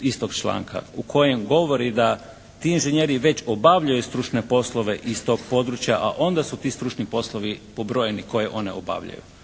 istog članka u kojem govori da ti inženjeri već obavljaju stručne poslove iz tog područja, a onda su ti stručni poslovi pobrojeni koje oni obavljaju.